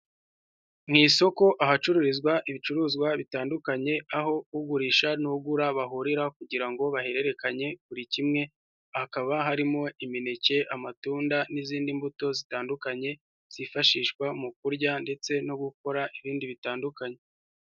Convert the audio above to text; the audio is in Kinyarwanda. Mu isoko ahacururizwa ibicuruzwa bitandukanye, aho ugurisha n'ugura bahurira kugira ngo bahererekanye buri kimwe, hakaba harimo imineke, amatunda n'izindi mbuto zitandukanye, zifashishwa mu kurya ndetse no gukora ibindi bitandukanye.